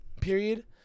period